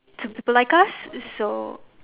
to people like us so